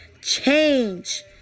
change